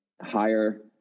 higher